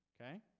okay